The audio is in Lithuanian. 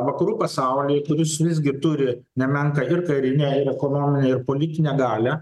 vakarų pasaulyje kur jis visgi turi nemenką ir karinę ir ekonominę ir politinę galią